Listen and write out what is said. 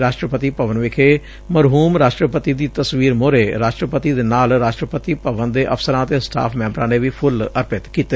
ਰਾਸ਼ਟਰਪਤੀ ਭਵਨ ਵਿਖੇ ਮਰਹੁਮ ਰਾਸ਼ਟਰਪਤੀ ਦੀ ਤਸਵੀਰ ਮੁਹਰੇ ਰਾਸਟਰਪਤੀ ਦੇ ਨਾਲ ਰਾਸਟਰਪਤੀ ਭਵਨ ਦੇ ਅਫਸਰਾਂ ਅਤੇ ਸਟਾਫ਼ ਮੈਂਬਰਾਂ ਨੇ ਵੀ ਫੁਲ ਅਰਪਿਤ ਕੀਤੇ